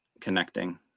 connecting